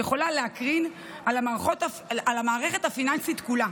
יכולה להקרין על המערכת הפיננסית כולה,